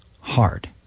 hard